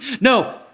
No